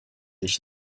ich